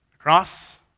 Cross